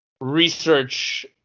research